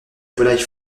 volaille